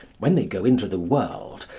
when they go into the world,